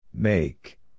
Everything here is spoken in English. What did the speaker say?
Make